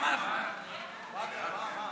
ההצעה להעביר את הצעת חוק ההוצאה לפועל